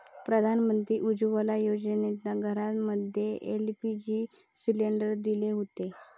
प्रधानमंत्री उज्ज्वला योजनेतना घरांमध्ये एल.पी.जी सिलेंडर दिले हुते